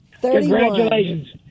Congratulations